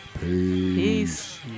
Peace